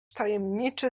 tajemniczy